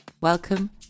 Welcome